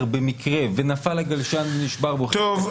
במקרה ונפל לו הגלשן ונשבר --- טוב,